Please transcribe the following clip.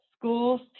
schools